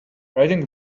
riding